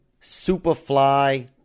Superfly